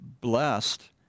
blessed